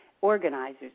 organizers